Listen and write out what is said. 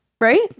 right